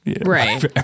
right